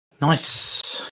Nice